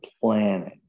planning